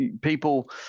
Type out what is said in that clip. People